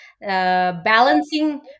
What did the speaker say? balancing